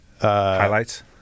Highlights